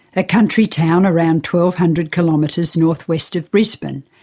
a country town around twelve hundred kilometres north west of brisbane,